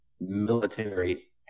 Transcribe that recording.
military